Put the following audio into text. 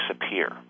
disappear